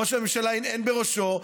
ראש הממשלה הנהן בראשו,